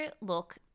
look